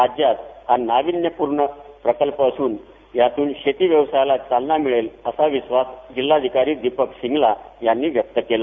राज्यात हा नावीन्यपूर्ण प्रकल्प असून यातून शेती व्यवसायाला चालना मिळेल असा विश्वास जिल्हाधिकारी दीपक सिंगला यांनी व्यक्त केला